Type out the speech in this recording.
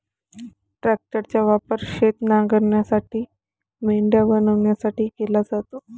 ट्रॅक्टरचा वापर शेत नांगरण्यासाठी, मेंढ्या बनवण्यासाठी केला जातो